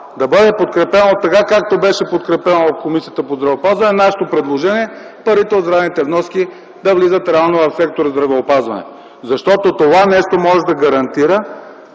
да бъде подкрепено, както сега беше подкрепено в Комисията по здравеопазване нашето предложение – парите от здравните вноски да влизат реално в сектора „Здравеопазване”. Това лесно може да гарантира